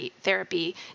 therapy